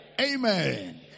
Amen